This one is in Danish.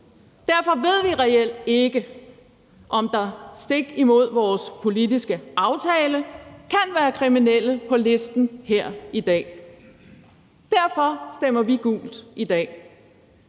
Derfor ved vi reelt ikke, om der er stik imod vores politiske aftale, kan være kriminelle på listen her i dag. Derfor stemmer vi gult i dag.